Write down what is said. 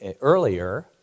earlier